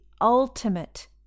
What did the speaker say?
ultimate